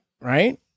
Right